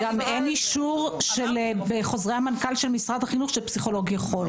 אין אישור בחוזרי המנכ"ל במשרד החינוך שפסיכולוג יכול.